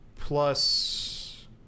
plus